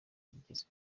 igeze